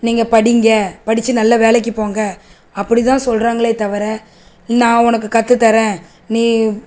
நீங்கள் படியுங்க படித்து நல்ல வேலைக்கு போங்க அப்படி தான் சொல்கிறாங்களே தவிர நான் உனக்கு கற்று தர்றேன் நீ